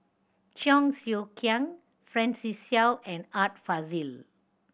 Cheong Siew Keong Francis Seow and Art Fazil